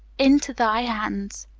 into thy hands!